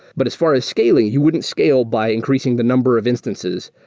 but as far as scaling, you wouldn't scale by increasing the number of instances.